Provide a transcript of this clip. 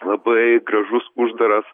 labai gražus uždaras